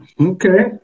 Okay